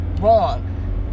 Wrong